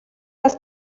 dass